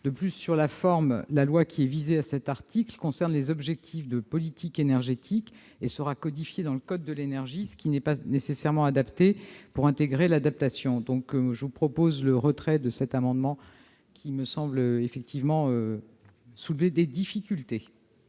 De plus, sur la forme, la loi visée au présent article concerne les objectifs de politique énergétique et sera codifiée dans le code de l'énergie, ce qui n'est pas forcément l'idéal pour intégrer l'adaptation. Je vous propose donc de retirer cet amendement, qui me semble effectivement soulever des difficultés.